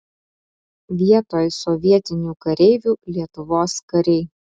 vietoj sovietinių kareivių lietuvos kariai